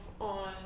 on